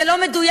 זה לא מדויק,